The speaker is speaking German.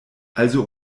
also